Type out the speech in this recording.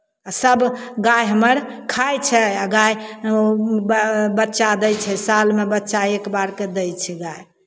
आ सभ गाय हमर खाइ छै आ गाय बऽ बच्चा दै छै सालमे बच्चा एक बारके दै छै गाय